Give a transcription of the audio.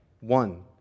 One